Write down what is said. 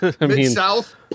Mid-South